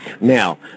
Now